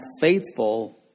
faithful